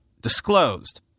disclosed